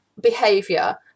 behavior